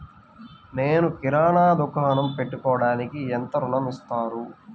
నేను కిరాణా దుకాణం పెట్టుకోడానికి ఎంత ఋణం ఇస్తారు?